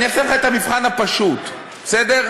אני אעשה לך את המבחן הפשוט, בסדר?